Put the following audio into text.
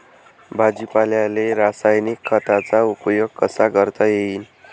भाजीपाल्याले रासायनिक खतांचा उपयोग कसा करता येईन?